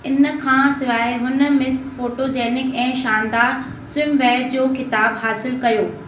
इन खां सिवाइ हुन मिस फोटोजेनिक ऐं शानदार स्विमवेयर जो ख़िताबु हासिलु कयो